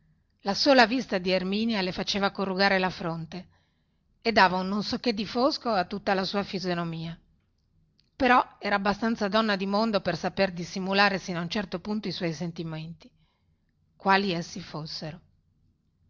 la sola vista di erminia le faceva corrugare la fronte e dava un non so che di fosco a tutta la sua fisonomia però era abbastanza donna di mondo per sapere dissimulare sino a un certo punto i suoi sentimenti quali essi fossero